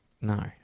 no